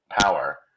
power